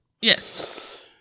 Yes